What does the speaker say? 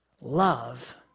Love